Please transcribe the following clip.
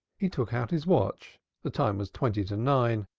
he took out his watch the time was twenty to nine.